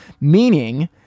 meaning